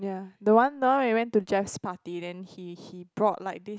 yeah the one the one when we went to Jeff's party then he he brought like this